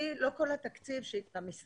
ם על העולים ואז אין צורך שאתם תקבלו את